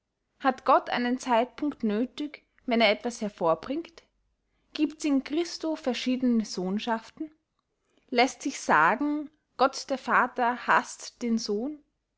hat gott einen zeitpunkt nöthig wenn er etwas hervorbringt giebts in christo verschiedene sohnschaften läßt sichs sagen gott der vater haßt den sohn